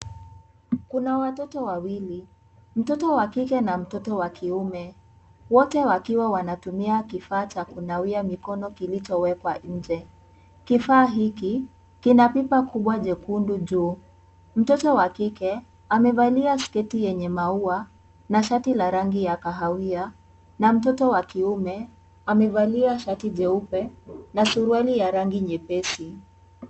Kuna watoto wawili, mtoto wa kike na mtoto wa kiume. Wote wakiwa wanatumia kifaa cha kunawia mikono kilichowekwa nje. Kifaa hiki kina pipa kubwa jekundu juu. Mtoto wa kike amevalia sketi yenye maua na shati la rangi ya kahawia na mtoto wa kiume amevalia shati jeupe na suruali ya rangi nyepesi.